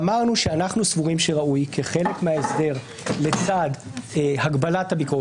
אמרנו שאנחנו סבורים שראוי כחלק מההסדר לצד הגבלת הביקורת,